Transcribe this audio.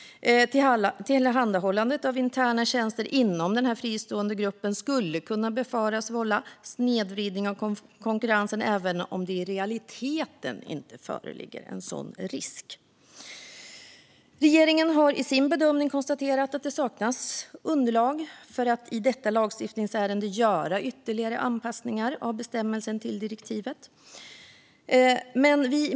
Tillhandahållet av interna tjänster inom den fristående gruppen skulle kunna befaras vålla snedvridning av konkurrensen, även om det i realiteten inte föreligger en sådan risk. Regeringen har i sin bedömning konstaterat att det saknas underlag för att i detta lagstiftningsärende göra ytterligare anpassningar av bestämmelsen till direktivet.